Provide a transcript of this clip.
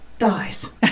dies